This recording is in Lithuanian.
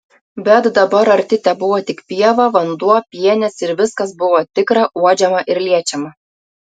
bet dabar arti tebuvo tik pieva vanduo pienės ir viskas buvo tikra uodžiama ir liečiama